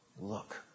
look